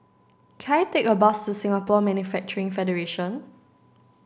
can I take a bus to Singapore Manufacturing Federation